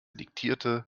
diktierte